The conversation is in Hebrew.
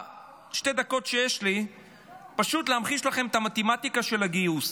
בשתי הדקות שיש לי אני רוצה פשוט להמחיש לכם את המתמטיקה של הגיוס.